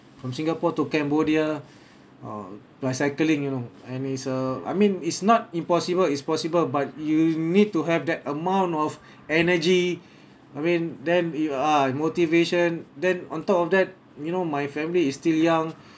from singapore to cambodia uh by cycling you know and it's uh I mean is not impossible is possible but you need to have that amount of energy I mean than if uh motivation than on top of that you know my family is still young